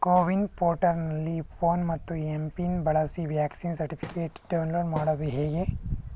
ಕೋವಿನ್ ಪೋರ್ಟಲ್ನಲ್ಲಿ ಫೋನ್ ಮತ್ತು M PIN ಬಳಸಿ ವ್ಯಾಕ್ಸಿನ್ ಸರ್ಟಿಫಿಕೇಟ್ ಡೌನ್ಲೋಡ್ ಮಾಡೋದು ಹೇಗೆ